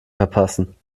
verpassen